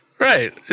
Right